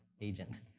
Agent